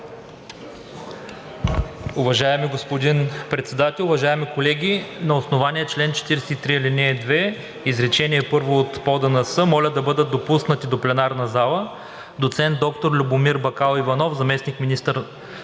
Уважаеми господин Председател, уважаеми колеги! На основание чл. 43, ал. 2, изречение първо от ПОДНС, моля да бъдат допуснати до пленарната зала доцент доктор Любомир Иванов – заместник-министър